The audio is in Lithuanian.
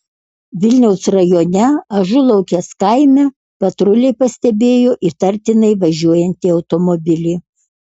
vilniaus rajone ažulaukės kaime patruliai pastebėjo įtartinai važiuojantį automobilį